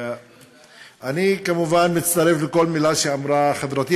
אני כמובן מצטרף לכל מילה שאמרה חברתי,